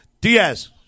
Diaz